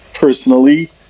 personally